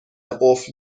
قفل